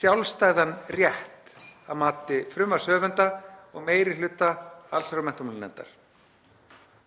sjálfstæðan rétt að mati frumvarpshöfunda og meiri hluta allsherjar- og menntamálanefndar.